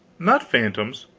not phantoms.